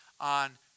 on